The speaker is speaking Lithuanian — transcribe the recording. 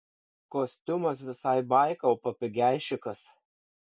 kostiumas visai baika o papigeišikas